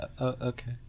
Okay